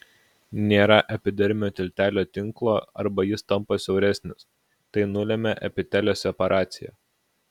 nėra epidermio tiltelio tinklo arba jis tampa siauresnis tai nulemia epitelio separaciją